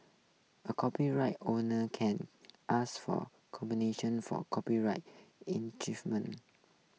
a copyright owner can ask for compensation for copyright